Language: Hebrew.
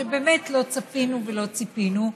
שבאמת לא צפינו ולא ציפינו,